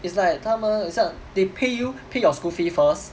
it's like 他们很像 they pay you pay your school fee first